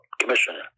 Commissioner